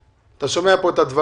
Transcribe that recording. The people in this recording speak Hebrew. תתחיל עם הדעה